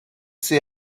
see